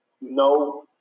No